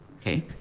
Okay